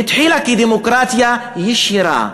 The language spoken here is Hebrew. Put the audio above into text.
היא התחילה כדמוקרטיה ישירה,